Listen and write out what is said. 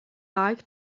like